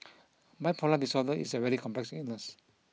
bipolar disorder is a very complex illness